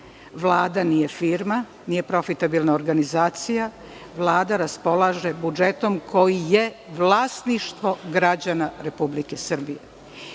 Vlada nije firma, nije profitabilna organizacija, Vlada raspolaže budžetom koji je vlasništvo građana Republike Srbije.